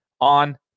on